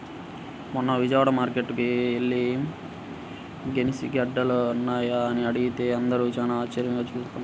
మొన్న విజయవాడ మార్కేట్టుకి యెల్లి గెనిసిగెడ్డలున్నాయా అని అడిగితే అందరూ చానా ఆశ్చర్యంగా జూత్తన్నారు